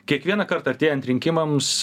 kiekvienąkart artėjant rinkimams